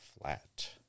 flat